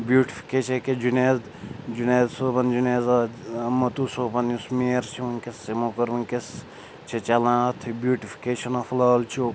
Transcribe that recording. beautification کیٛاہ جُنید جُنید صوبَن جُنید متوٗ صٲبَن یُس میر چھُ وٕنۍکٮ۪س یِمو کٔر وٕنۍکٮ۪س چھِ چَلان اَتھ بیوٗٹِفِکیشَن آف لال چوک